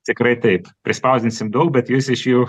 tikrai taip prispausdinsim daug bet jūs iš jų